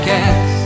Cast